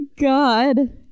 God